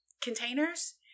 containers